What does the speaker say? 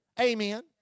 Amen